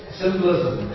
symbolism